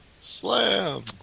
Slam